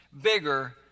bigger